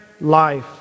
life